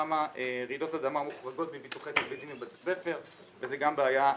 שם רעידות אדמה מוחרגות מביטוחי תלמידים בבתי הספר וגם זו בעיה ביטוחית.